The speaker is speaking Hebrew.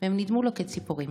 והם נדמו לו כציפורים.